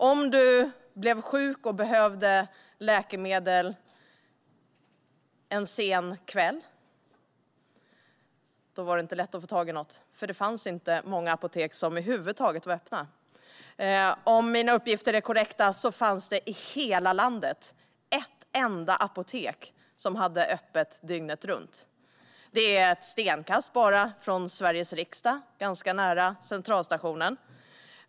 Om man blev sjuk och behövde läkemedel en sen kväll var det inte lätt att få tag i något, för det fanns över huvud taget inte många apotek som var öppna. Om mina uppgifter är korrekta fanns det i hela landet ett enda apotek som hade öppet dygnet runt - bara ett stenkast från Sveriges riksdag, ganska nära Centralstationen.